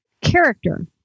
character